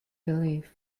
belief